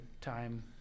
time